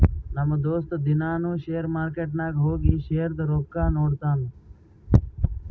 ನಮ್ ದೋಸ್ತ ದಿನಾನೂ ಶೇರ್ ಮಾರ್ಕೆಟ್ ನಾಗ್ ಹೋಗಿ ಶೇರ್ದು ರೊಕ್ಕಾ ನೋಡ್ತಾನ್